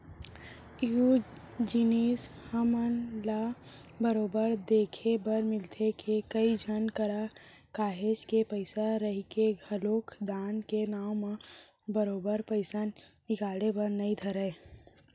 एहूँ जिनिस हमन ल बरोबर देखे बर मिलथे के, कई झन करा काहेच के पइसा रहिके घलोक दान के नांव म बरोबर पइसा निकले बर नइ धरय